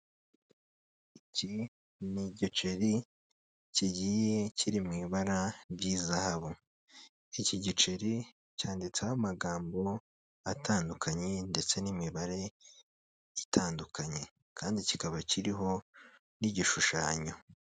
Iki ni igiceri kigiye kiri mu ibara ry'izahabu. Iki giceri cyanditseho amagambo atandukanye ndetse n'imibare itandukanye kandi kikaba kiriho n'igishushanyo.